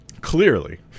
clearly